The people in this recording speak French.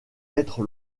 être